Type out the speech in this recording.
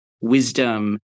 wisdom